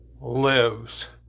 lives